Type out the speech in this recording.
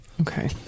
Okay